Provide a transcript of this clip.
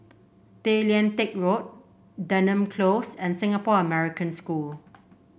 Tay Lian Teck Road Denham Close and Singapore American School